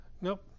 Nope